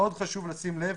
מאוד חשוב לשים לב